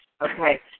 okay